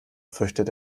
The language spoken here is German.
fürchtet